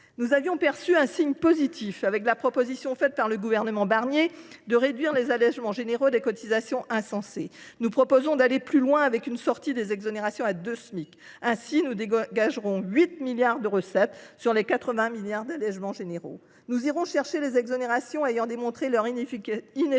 Nous avions perçu un signe positif avec la proposition faite par le gouvernement Barnier de réduire les insensés allégements généraux de cotisations. Nous proposons d’aller plus loin avec une sortie des exonérations des salaires excédant deux Smic. Ainsi, nous dégagerons 8 milliards d’euros de recettes sur les 80 milliards d’euros d’allégements généraux. Nous irons chercher les exonérations ayant montré leur inefficacité